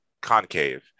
concave